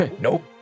Nope